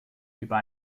über